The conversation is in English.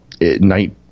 Night